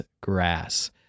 grass